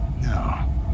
No